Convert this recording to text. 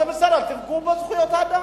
אז זה בסדר, תדאגו לזכויות האדם.